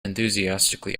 enthusiastically